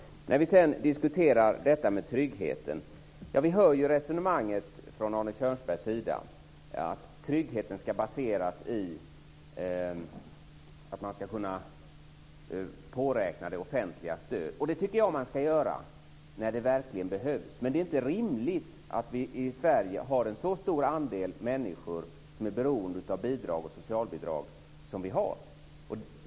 Vi diskuterar tryggheten. Vi hör resonemanget från Arne Kjörnsbergs sida att tryggheten ska baseras på att man ska kunna påräkna det offentligas stöd. Det tycker jag att man ska göra när det verkligen behövs. Men det är inte rimligt att vi i Sverige har en så stor andel människor som är beroende av bidrag och socialbidrag som vi har.